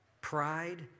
Pride